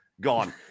gone